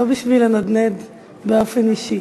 לא בשביל לנדנד באופן אישי.